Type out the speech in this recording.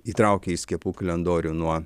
įtraukė į skiepų kalendorių nuo